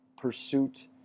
pursuit